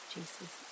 Jesus